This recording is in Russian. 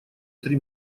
три